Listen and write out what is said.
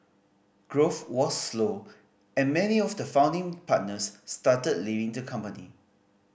growth was slow and many of the founding partners started leaving the company